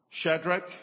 Shadrach